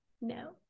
no